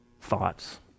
thoughts